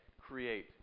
create